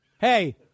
Hey